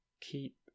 Keep